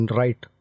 right